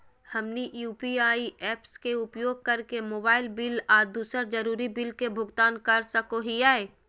हमनी UPI apps के उपयोग करके मोबाइल बिल आ दूसर जरुरी बिल के भुगतान कर सको हीयई